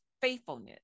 faithfulness